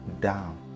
down